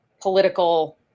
political